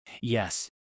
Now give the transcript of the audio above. Yes